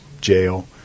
jail